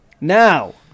Now